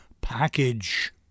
package